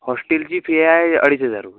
होस्टेलची fee आहे अडीच हजार रुपये